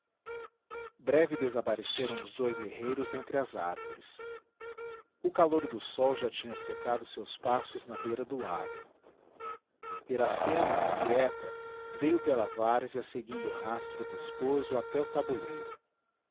breve desapareceram os dois guerreiros entre as árvores o calor do sol já tinha secado seus passos na beira do lago iracema inquieta veio pela várzea seguindo o rastro do esposo até o tabuleiro